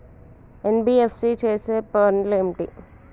NBFC చేసే పనులు ఏమిటి?